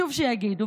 חשוב שיגידו,